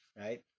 Right